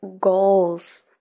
goals